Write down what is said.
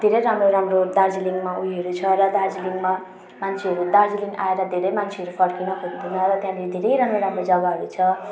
धेरै राम्रो राम्रो दार्जलिङमा उयोहरू छ दार्जिलिङमा मान्छेहरू दार्जिलिङ आएर धेरै मान्छेहरू फर्किन खोज्दैन र त्यहाँनेर धेरै राम्रो राम्रो जगाहरू छ